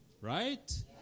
Right